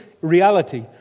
reality